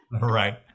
Right